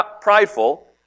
prideful